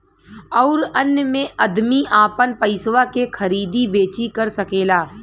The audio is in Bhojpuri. अउर अन्य मे अदमी आपन पइसवा के खरीदी बेची कर सकेला